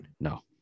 No